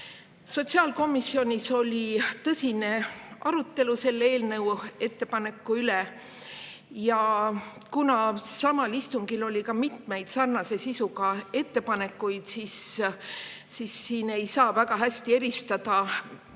Sotsiaalkomisjonis oli tõsine arutelu selle eelnõu ettepaneku üle ja kuna samal istungil oli mitmeid sarnase sisuga ettepanekuid, siis siin ei saa neid väga hästi eristada.